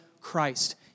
Christ